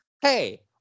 Hey